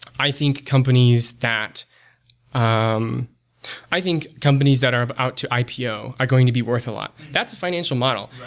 i think, companies that um i think companies that are out to ipo are going to be worth a lot. that's a financial model.